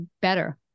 better